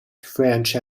french